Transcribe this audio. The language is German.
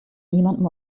niemandem